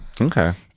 Okay